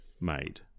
made